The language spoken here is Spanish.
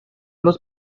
los